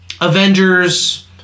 avengers